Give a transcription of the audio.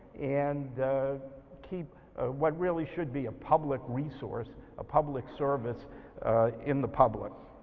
and keep what really should be a public resource a public service in the public.